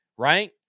Right